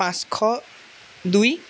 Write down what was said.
পাঁচশ দুই